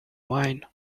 wine